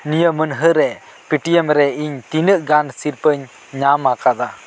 ᱱᱤᱭᱟ ᱢᱟᱹᱱᱦᱟ ᱨᱮ ᱯᱤᱴᱤᱭᱮᱢ ᱨᱮ ᱤᱧ ᱛᱤᱱᱟ ᱜ ᱜᱟᱱ ᱥᱤᱨᱯᱟ ᱧ ᱧᱟᱢᱟᱠᱟᱫᱟ